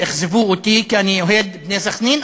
אכזבו אותי כי אני אוהד "בני סח'נין",